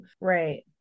Right